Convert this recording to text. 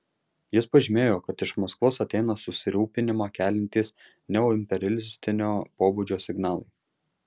jis pažymėjo kad iš maskvos ateina susirūpinimą keliantys neoimperialistinio pobūdžio signalai